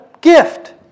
gift